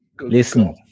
listen